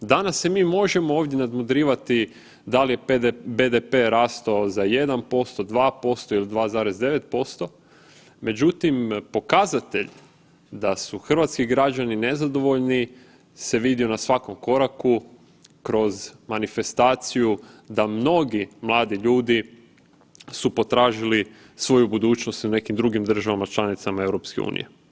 Danas se mi možemo ovdje nadmudrivati da li je BDP rastao za 1%, 2% ili 2,9% međutim, pokazatelj da su hrvatski građani nezadovoljni se vidio na svakom koraku kroz manifestaciju da mnogi mladi ljudi su potražili svoju budućnost u nekim drugim državama članicama EU.